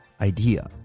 idea